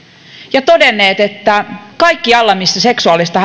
ja todenneet että kaikkialla missä seksuaalista